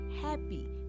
happy